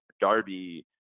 Darby